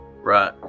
right